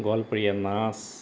লোকপ্ৰিয় নাচ